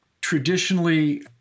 traditionally